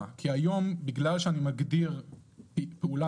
ייכנס למסגרת